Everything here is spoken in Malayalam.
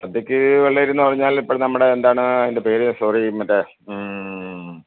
സദ്യക്ക് വെള്ളഅരീന്ന് പറഞ്ഞാൽ ഇപ്പം നമ്മുടെ എന്താണ് അതിൻ്റെ പേര് സോറി മറ്റേ